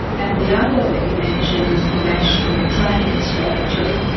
and the other that you mention is the national training strategy.